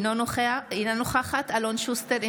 אינה נוכחת אלון שוסטר,